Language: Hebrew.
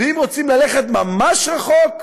ואם רוצים ללכת ממש רחוק,